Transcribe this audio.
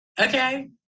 okay